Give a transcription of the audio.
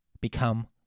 become